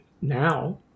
now